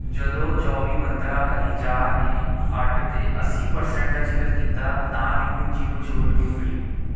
ਜਦੋਂ ਚੋਵੀ ਮੰਤਰਾ ਹਰੀ ਚਾਹ ਨੇ ਆਰਡਰ 'ਤੇ ਅੱਸੀ ਪਰਸੈਂਟ ਦਾ ਜਿਕਰ ਕੀਤਾ ਤਾਂ ਮੈਨੂੰ ਜੀਰੋ ਛੋਟ ਕਿਉਂ ਮਿਲੀ